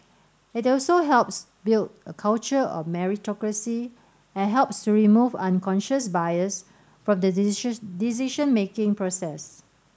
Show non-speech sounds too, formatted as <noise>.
it also helps build a culture of meritocracy and helps remove unconscious bias from the <unintelligible> decision making process